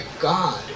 God